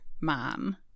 mom